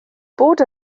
bod